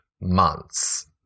months